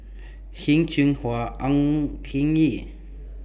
Heng Cheng Hwa on King Yee